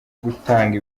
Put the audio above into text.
gutanga